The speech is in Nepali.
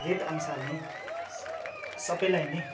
रेट अनुसार नै सबैलाई नै